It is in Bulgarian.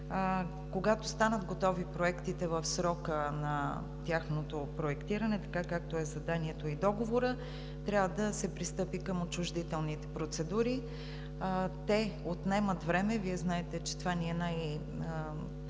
Когато станат готови проектите в срока на тяхното проектиране – както са заданието и договорът, трябва да се пристъпи към отчуждителните процедури. Те отнемат време. Вие знаете, че това е